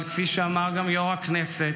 אבל כפי שאמר גם יו"ר הכנסת,